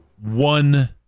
one